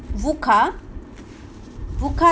VUCA VUCA